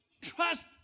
trust